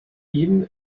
ihm